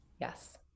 Yes